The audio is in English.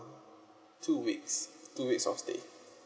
two weeks two weeks of stay